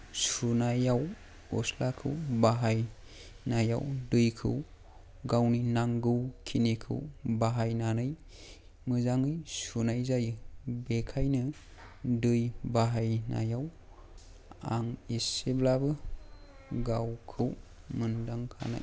सुनायाव गस्लाखौ बाहायनायाव दैखौ गावनि नांगौ खिनिखौ बाहायनानै मोजाङै सुनाय जायो बेखायनो दै बाहायनायाव आं एसेब्लाबो गावखौ मोनदांखायो